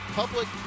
public